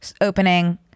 Opening